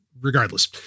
regardless